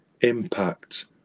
impact